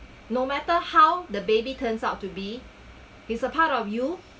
no matter how the baby turns out to be it's a part of you